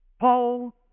Paul